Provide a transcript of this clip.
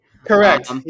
Correct